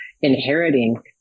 inheriting